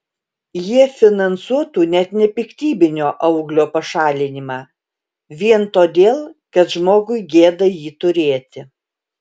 jie finansuotų net nepiktybinio auglio pašalinimą vien todėl kad žmogui gėda jį turėti